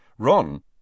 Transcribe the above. Ron